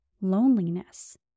loneliness